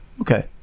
Okay